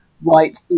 white